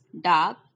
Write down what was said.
dark